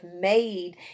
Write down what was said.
made